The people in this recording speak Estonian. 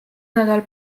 nädal